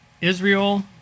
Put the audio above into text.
Israel